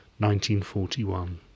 1941